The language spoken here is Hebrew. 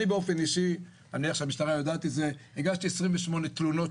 אני באופן אישי הגשתי 28 תלונות,